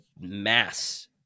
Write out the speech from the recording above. mass